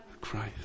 Christ